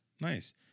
Nice